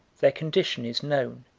their condition is known,